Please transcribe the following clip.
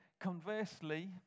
conversely